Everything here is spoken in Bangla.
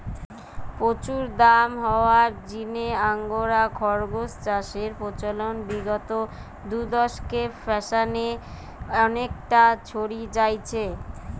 প্রচুর দাম হওয়ার জিনে আঙ্গোরা খরগোস চাষের প্রচলন বিগত দুদশকে ফ্রান্সে অনেকটা ছড়ি যাইচে